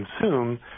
consume